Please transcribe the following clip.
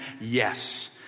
Yes